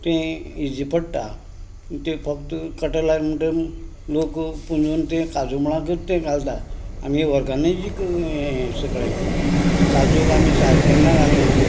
तें इजी पडटा तें फक्त कटर लाय म्हणटर लोक पुनवंते काजू मुळाकत तें घालता आमगे वरगान्नेजीक हें सगळें तें काजूक आमी सारें केन्ना घालना